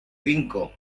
cinco